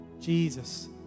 Jesus